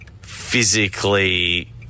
physically